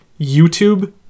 youtube